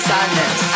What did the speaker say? Sadness